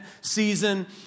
season